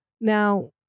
Now